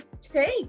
take